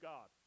God